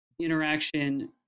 interaction